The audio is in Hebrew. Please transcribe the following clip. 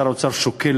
ששר האוצר שוקל,